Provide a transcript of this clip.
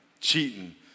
cheating